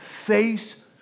face